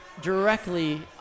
directly